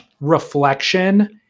reflection